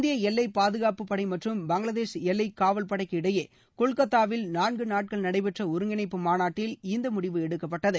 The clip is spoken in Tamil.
இந்திய எல்லை பாதுகாப்புப் படை மற்றும் பங்களாதேஷ் எல்லை காவல் படைக்கு இடையே கொல்கத்தாவில் நான்கு நாட்கள் நடைபெற்ற ஒருங்கிணைப்பு மாநாட்டில் இந்த முடிவு எடுக்கப்பட்டது